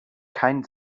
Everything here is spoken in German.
kein